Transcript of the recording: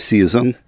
Season